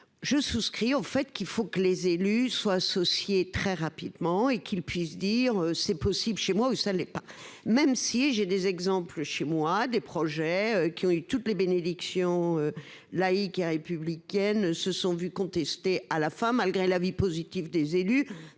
Je souscris au fait qu'il faut que les élus soient associés très rapidement et qu'il puisse dire, c'est possible. Chez moi, ou ça l'est pas, même si j'ai des exemples chez moi des projets qui ont eu toutes les bénédictions. Laïque et républicaine se sont vus contester à la femme malgré l'avis positif des élus